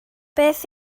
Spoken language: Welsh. beth